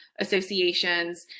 associations